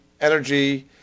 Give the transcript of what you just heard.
energy